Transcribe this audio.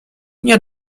nie